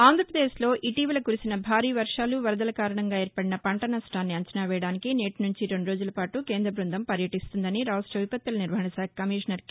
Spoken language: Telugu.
ఆంధ్రాప్రదేశ్ లో ఇటీవల కురిసిన భారీ వర్షాలు వరదల కారణంగా ఏర్పడిన పంట నష్టాన్ని అంచనా వేయడానికి నేటి నుంచి రెండు రోజుల పాటు కేంద్ర బ్బందం పర్యటీస్తుందని రాష్ట విపత్తుల నిర్వహణ శాఖ కమిషనర్ కె